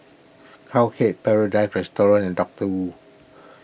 Cowhead Paradise Restaurant and Doctor Wu